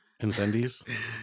Incendies